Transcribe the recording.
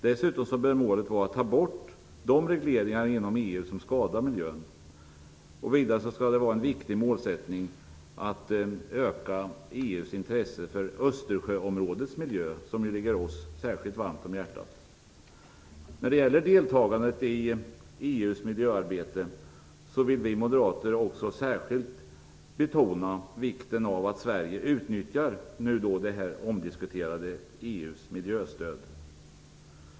Dessutom bör målet vara att ta bort de regleringar som skadar miljön. Vidare bör det vara en viktig målsättning att öka EU:s intresse för Östersjöområdets miljö, som ju ligger oss särskilt varmt om hjärtat. När det gäller deltagandet i EU:s miljöarbete vill vi moderater också särskilt betona vikten av att Sverige utnyttjar det omdiskuterade EU:s miljöstöd.